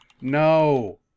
No